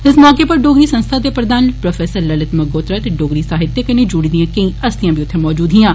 इस मौके उप्पर डोगरी संस्था दे प्रघान प्रोफैसर ललित मंगोत्रा ते डोगरी साहित्य कन्नै जुड़ी दियां केई हस्तियां बी मौजूद हियां